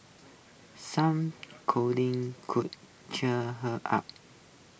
some cuddling could cheer her up